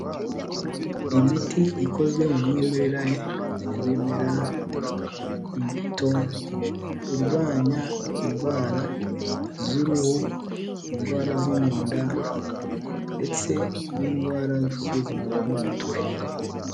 Imiti ikozwe mu mwimerere w ibimera imbuto, urwanya indwara z'uruhu indwara zo mu nda ndetse n'indwara z'ubuzima bw'umutwe.